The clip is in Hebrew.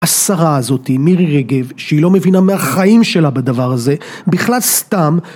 השרה הזאתי, מירי רגב, שהיא לא מבינה מהחיים שלה בדבר הזה, בכלל סתם...